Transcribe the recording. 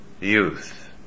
youth